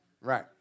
Right